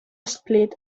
split